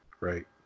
Right